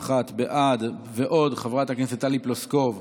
31 בעד, ועוד חברת הכנסת טלי פלוסקוב,